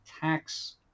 tax